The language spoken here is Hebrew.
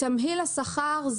תמהיל השכר,